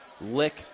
lick